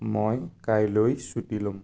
মই কাইলৈ ছুটী ল'ম